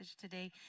today